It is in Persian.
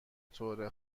طور